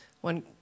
one